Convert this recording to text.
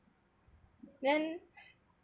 then